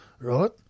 right